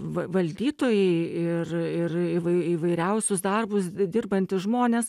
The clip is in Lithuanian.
va valdytojai ir ir įvai įvairiausius darbus dirbantys žmonės